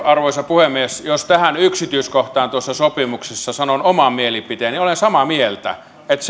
arvoisa puhemies jos tähän yksityiskohtaan tuossa sopimuksessa sanon oman mielipiteeni olen samaa mieltä